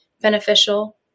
beneficial